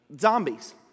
Zombies